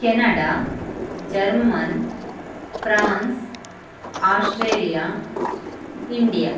Canada Germany France Australia India